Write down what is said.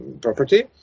property